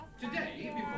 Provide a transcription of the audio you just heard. Today